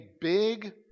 big